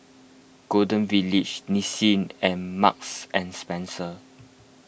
Golden Village Nissin and Marks and Spencer